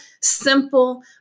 simple